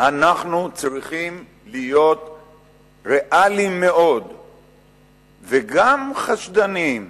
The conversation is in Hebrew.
אנחנו צריכים להיות ריאליים מאוד וגם חשדניים,